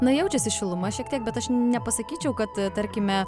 na jaučiasi šiluma šiek tiek bet aš nepasakyčiau kad tarkime